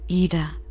Ida